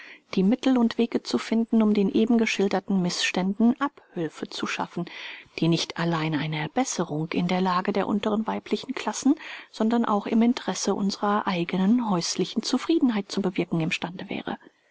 die mittel und wege zu finden um den eben geschilderten mißständen abhülfe zu schaffen die nicht allein eine besserung in der lage der unteren weiblichen klassen sondern auch im interesse unserer eigenen häuslichen zufriedenheit zu bewirken im stande wäre